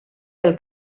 del